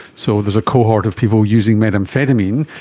so there's a cohort of people using methamphetamine,